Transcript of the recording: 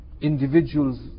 individuals